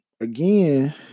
again